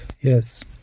Yes